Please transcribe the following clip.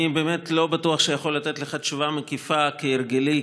אני באמת לא בטוח שיכול לתת לך תשובה מקיפה כהרגלי,